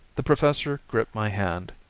the professor gripped my hand,